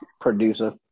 producer